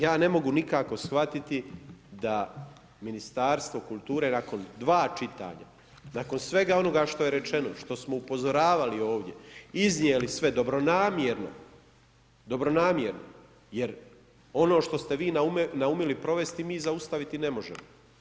Ja ne mogu nikako shvatiti da Ministarstvo kulture nakon dva čitanja, nakon svega onoga što je rečeno, što smo upozoravali ovdje, iznijeli sve dobronamjerno jer ono što ste vi naumili provesti mi zaustaviti ne možemo.